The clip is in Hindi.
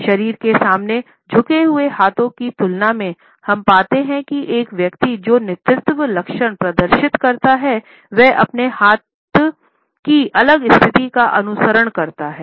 शरीर के सामने झुके हुए हाथों की तुलना में हम पाते हैं कि एक व्यक्ति जो नेतृत्व लक्षण प्रदर्शित करता है वह अपने आप हाथ की अलग स्थिति का अनुसरण करता है